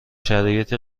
شرایطی